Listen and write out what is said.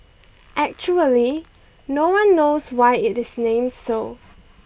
actually no one knows why it is named so